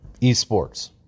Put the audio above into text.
esports